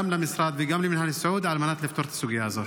למשרד וגם למינהל הסיעוד על מנת לפתור את הסוגיה הזאת.